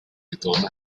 ritorno